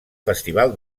festival